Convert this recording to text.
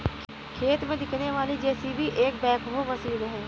खेत में दिखने वाली जे.सी.बी एक बैकहो मशीन है